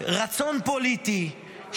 רצון פוליטי,